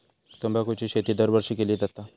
तंबाखूची शेती दरवर्षी केली जाता